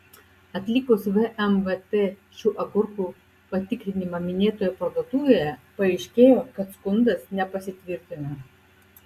atlikus vmvt šių agurkų patikrinimą minėtoje parduotuvėje paaiškėjo kad skundas nepasitvirtino